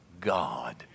God